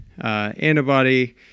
antibody